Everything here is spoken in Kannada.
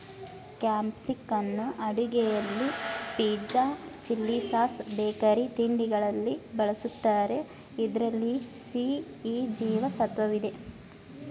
ಕ್ಯಾಪ್ಸಿಕಂನ್ನು ಅಡುಗೆಯಲ್ಲಿ ಪಿಜ್ಜಾ, ಚಿಲ್ಲಿಸಾಸ್, ಬೇಕರಿ ತಿಂಡಿಗಳಲ್ಲಿ ಬಳ್ಸತ್ತರೆ ಇದ್ರಲ್ಲಿ ಸಿ, ಇ ಜೀವ ಸತ್ವವಿದೆ